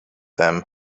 them